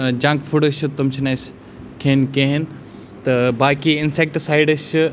junk foods چھِ تِم چھِنہٕ اَسہِ کھیٚنۍ کِہینۍ تہٕ باقٕے اِنسٮ۪کٹہٕ سایڈٕز چھِ